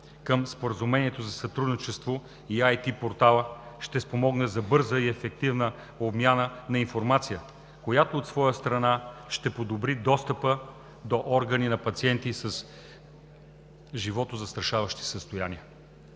към Споразумението за сътрудничество и IT портала ще спомогне за бърза и ефективна обмяна на информация, която, от своя страна, ще подобри достъпа до органи за пациентите с животозастрашаващи състояния.